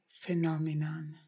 phenomenon